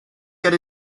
get